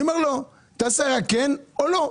אני אומר לא, תעשה רק כן או לא.